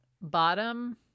bottom